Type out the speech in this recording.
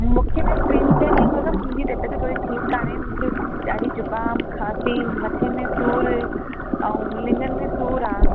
मूंखे न टिनि चइनि ॾींहंनि खों न मुंहिंजी तबियत थोरी ठीकु कोन्हे मूंखे ॾाढी ज़ुखाम खांसी मथे में सूर ऐं लिङनि में सूर आहे